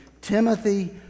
Timothy